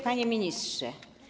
Panie Ministrze!